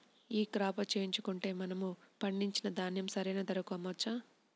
ఈ క్రాప చేయించుకుంటే మనము పండించిన ధాన్యం సరైన ధరకు అమ్మవచ్చా?